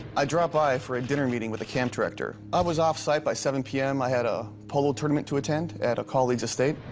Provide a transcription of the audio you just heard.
i dropped by for a dinner meeting with the camp director. i was off site by seven zero p m, i had a polo tournament to attend at a colleague's estate.